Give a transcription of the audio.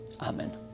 Amen